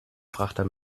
frachter